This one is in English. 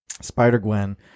Spider-Gwen